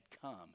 come